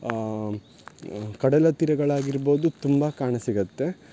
ಹಾಂ ಕಡಲ ತೀರಗಳಾಗಿರ್ಬೋದು ತುಂಬ ಕಾಣಸಿಗುತ್ತೆ